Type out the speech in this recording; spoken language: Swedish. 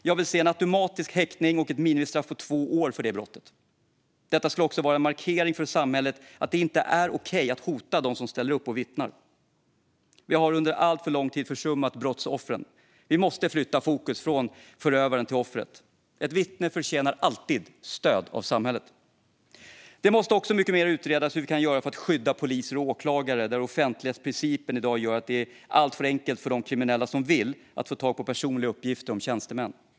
Jag vill se en automatisk häktning och ett minimistraff på två år för brottet. Detta skulle också vara en markering från samhället att det inte är okej att hota dem som ställer upp och vittnar. Vi har under alltför lång tid försummat brottsoffren. Vi måste flytta fokuset från förövaren till offret. Ett vittne förtjänar alltid stöd av samhället. Det måste också utredas noggrannare vad vi kan göra för att skydda poliser och åklagare. Där gör offentlighetsprincipen att det i dag är alltför enkelt för kriminella att få tag på personliga uppgifter om tjänstemän.